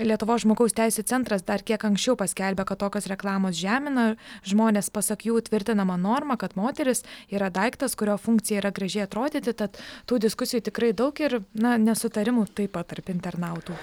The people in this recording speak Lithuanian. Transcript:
lietuvos žmogaus teisių centras dar kiek anksčiau paskelbė kad tokios reklamos žemina žmones pasak jų įtvirtinama norma kad moteris yra daiktas kurio funkcija yra gražiai atrodyti tad tų diskusijų tikrai daug ir na nesutarimų taip pat tarp internautų